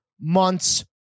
month's